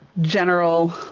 general